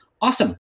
awesome